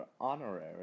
Honorary